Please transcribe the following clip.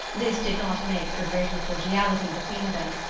this did not make for greater cordiality between them,